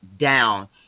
down